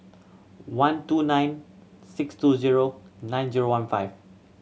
one two nine six two zero nine zero one five